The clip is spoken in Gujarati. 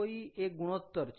LCOE એ ગુણોત્તર છે